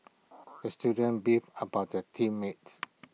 the student beefed about the team mates